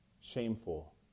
shameful